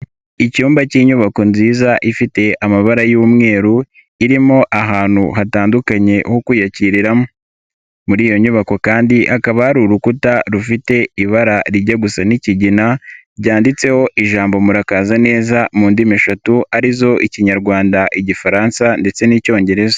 Icyumba k'inyubako nziza ifite amabara y'umweru irimo ahantu hatandukanye ho kwiyakiriramo muri iyo nyubako kandi hakaba hari urukuta rufite ibara rijya gusa n'ikigina ryanditseho ijambo murakaza neza mu ndimi eshatu arizo ikinyarwanda, igifaransa ndetse n'icyongereza.